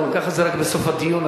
גם ככה זה רק בסוף הדיון,